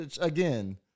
again